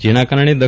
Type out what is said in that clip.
જેના કારણે દ